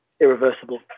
irreversible